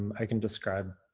i can describe,